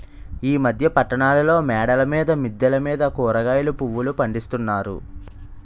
ఈ మధ్య పట్టణాల్లో మేడల మీద మిద్దెల మీద కూరగాయలు పువ్వులు పండిస్తున్నారు